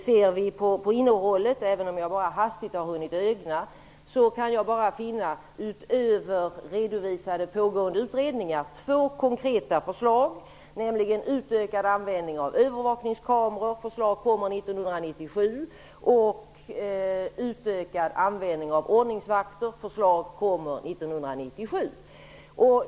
Ser jag på innehållet, även om jag bara hastigt har hunnit ögna igenom det, kan jag utöver redovisade pågående utredningar bara finna två konkreta förslag, nämligen utökad användning av övervakningskameror - förslag kommer 1997 - och utökad användning av ordningsvakter - förslag kommer 1997.